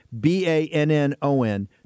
B-A-N-N-O-N